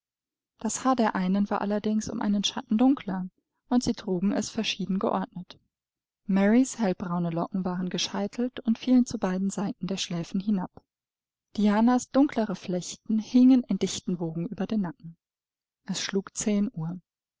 das haar der einen war allerdings um einen schatten dunkler und sie trugen es verschieden geordnet marys hellbraune locken waren gescheitelt und fielen zu beiden seiten der schläfen herab dianas dunklere flechten hingen in dichten wogen über den nacken es schlug zehn uhr